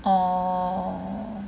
orh